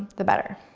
the better.